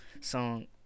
song